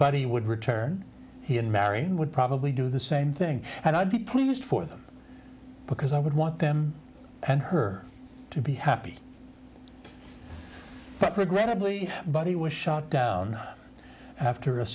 buddy would return he and marion would probably do the same thing and i'd be pleased for them because i would want them and her to be happy but regrettably but he was shot down after a